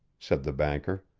said the banker.